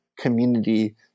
community